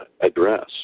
address